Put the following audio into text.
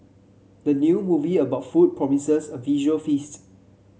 the new movie about food promises a visual feast